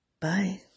Bye